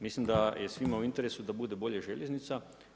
Mislim da je svima u interesu da bude bolja željeznica.